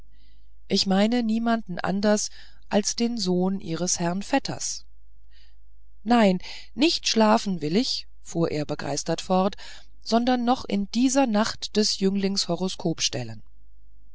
ich meine niemanden anders als den sohn ihres herrn vetters nein nicht schlafen will ich fuhr er begeistert fort sondern noch in dieser nacht des jünglings horoskop stellen